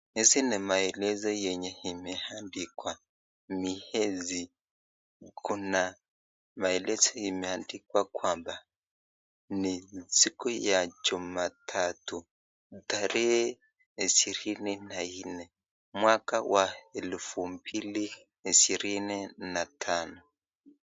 Hizi ni maelezo yenye imeandikwa miezi. Kuna maelezo imeadikwa kwamba ni siku ya Jumatatu, tarehe ishirini na nne mwaka wa elfu mbili ishirini na tano.